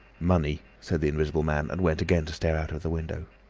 money, said the invisible man, and went again to stare out of the window.